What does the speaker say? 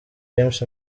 james